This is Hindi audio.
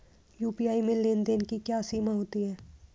यू.पी.आई में लेन देन की क्या सीमा होती है?